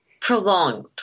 prolonged